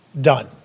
done